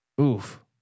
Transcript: Oof